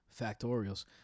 Factorials